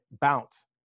bounce